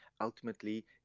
ultimately